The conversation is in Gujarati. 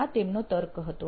તો આ તેમનો તર્ક હતો